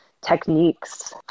techniques